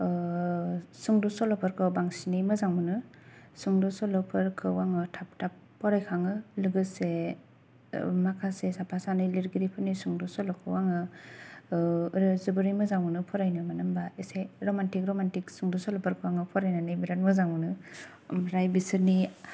सुंद' सल'फोरखौ बांसिनै मोजां मोनो सुंद सल'फोरखौ आङो थाब फरायखाङो लोगोसे माखासे साफा सानै लिरगिरिफोरनि सुंद' सल'खौ आङो जोबोरै मोजां मोनो फरायनो मानो होनोबा रमान्टिक रमान्टिक सुंद' सल'फोरखौ आङो फरायनानै बिराथ मोजां मोनो ओमफ्राय बिसोरनि